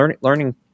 learning